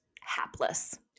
hapless